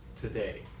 today